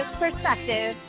perspective